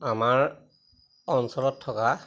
আমাৰ অঞ্চলত থকা